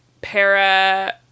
para